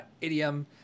idiom